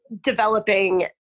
developing